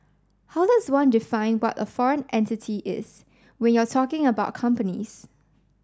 how does one define what a foreign entity is when you're talking about companies